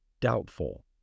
doubtful